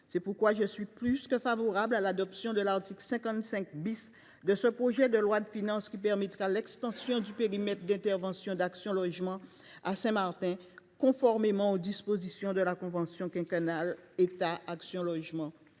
C’est pourquoi je suis plus que favorable à l’adoption de l’article 55 de ce projet de loi de finances, qui permettra l’extension du périmètre d’intervention d’Action Logement à Saint Martin, conformément aux dispositions de la convention quinquennale 2023 2027 signée